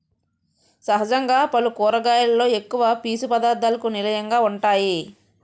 సహజంగా పల్లు కూరగాయలలో ఎక్కువ పీసు పధార్ధాలకు నిలయంగా వుంటాయి